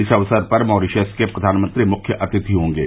इस अवसर पर मॉरीशस के प्रधानमंत्री मुख्य अतिथि होंगे